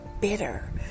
bitter